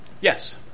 Yes